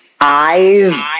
eyes